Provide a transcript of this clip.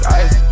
ice